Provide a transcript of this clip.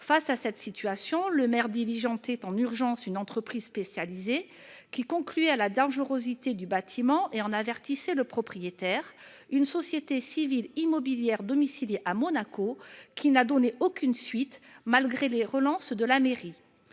Face à cette situation, le maire diligentait en urgence une entreprise spécialisée, qui concluait à la dangerosité du bâtiment et en avertissait le propriétaire, une société civile immobilière domiciliée à Monaco, qui n'a donné aucune suite, malgré les relances de la mairie.